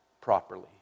properly